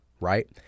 right